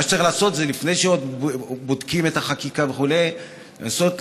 מה שצריך לעשות עוד לפני שבודקים את החקיקה וכו' לנסות